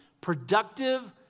productive